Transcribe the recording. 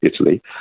Italy